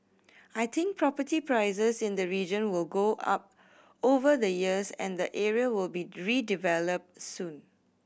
I think property prices in the region will go up over the years and the area will be redeveloped soon